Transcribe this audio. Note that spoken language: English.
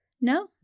No